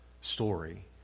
story